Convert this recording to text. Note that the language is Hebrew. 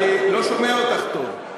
אני, אני לא שומע אותך טוב.